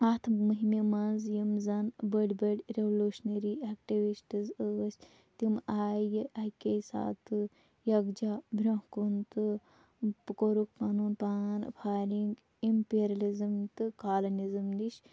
اَتھ مُہمہِ منٛز یِم زَن بٔڈۍ بٔڈۍ ریگولیشنٔری ایکٹیٛوٗسٹٕز ٲسۍ تِم آیہِ اکے ساتہٕ یَکجا برٛونٛہہ کُن تہٕ کوٚرُکھ پَنُن پان فارغ اِمپیٖرلِزٕم تہٕ کالنِلِزم نِش